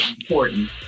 important